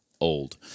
Old